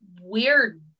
weird